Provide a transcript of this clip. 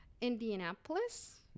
Indianapolis